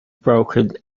broken